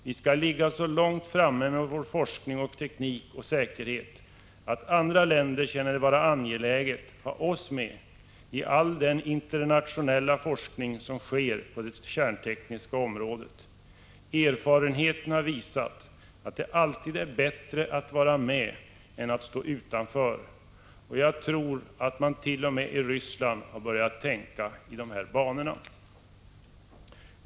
Vi skall ligga så långt framme med vår forskning och teknik och säkerhet att andra länder känner det vara angeläget att ha oss med i all den internationella forskning som sker på det kärntekniska området. Erfarenheten har visat att det alltid är bättre att vara med än att stå utanför. Jag tror att man t.o.m. i Ryssland har börjat tänka i dessa banor.